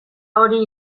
hori